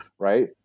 Right